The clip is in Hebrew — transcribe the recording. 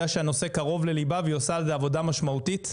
שהנושא קרוב לליבה והיא עושה על זה עבודה משמעותית,